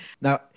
Now